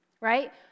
right